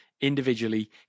individually